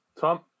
Tom